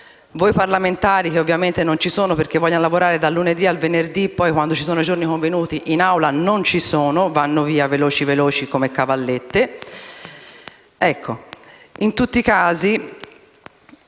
Voi parlamentari - che ovviamente non ci sono, perché vogliono lavorare dal lunedì al venerdì, ma poi, quando ci sono i giorni convenuti, in Aula non ci sono, ma vanno via veloci veloci come cavallette - in tutti i casi,